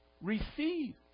receive